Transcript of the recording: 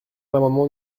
l’amendement